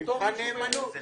מבחן נאמנות.